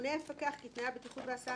"הממונה יפקח כי תנאי הבטיחות בהסעה,